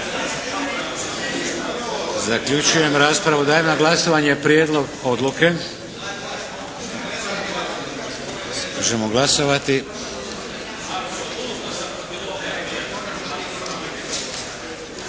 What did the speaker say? Zaključujem raspravu. Dajem na glasovanje prijedlog odluke. Možemo glasovati.